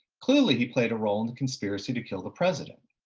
clearly he played a role in the conspiracy to kill the president.